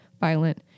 violent